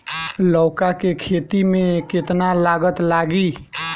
लौका के खेती में केतना लागत लागी?